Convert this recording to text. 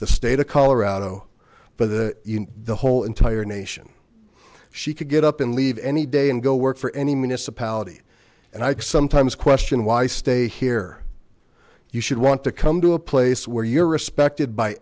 the state of colorado but the the whole entire nation she could get up and leave any day and go work for any municipality and i sometimes question why stay here you should want to come to a place where you're respected by